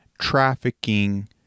trafficking